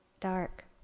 dark